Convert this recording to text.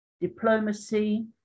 diplomacy